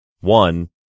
One